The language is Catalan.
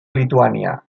lituània